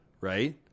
Right